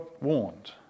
warned